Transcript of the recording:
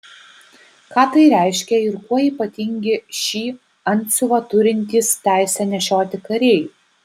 ką tai reiškia ir kuo ypatingi šį antsiuvą turintys teisę nešioti kariai